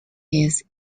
his